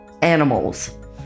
animals